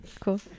cool